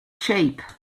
shape